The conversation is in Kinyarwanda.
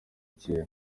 kera